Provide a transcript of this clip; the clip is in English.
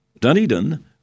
Dunedin